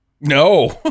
No